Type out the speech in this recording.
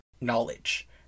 knowledge